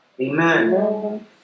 Amen